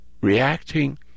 reacting